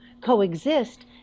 coexist